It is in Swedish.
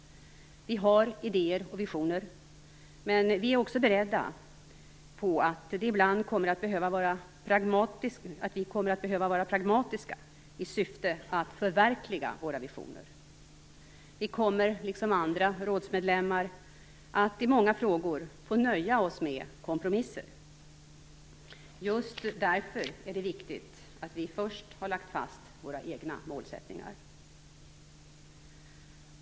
Vi har idéer och visioner, men vi är också beredda på att vi ibland kommer att behöva vara pragmatiska i syfte att förverkliga våra visioner. Vi kommer, liksom andra rådsmedlemmar, att i många frågor få nöja oss med kompromisslösningar. Just därför är det viktigt att vi först har lagt fast våra egna målsättningar.